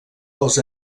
dels